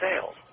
sales